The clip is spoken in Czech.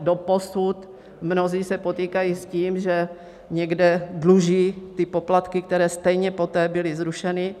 Doposud se mnozí potýkají s tím, že někde dluží poplatky, které stejně poté byly zrušeny.